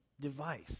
device